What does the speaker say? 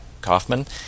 Kaufman